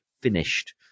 finished